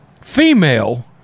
female